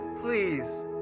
please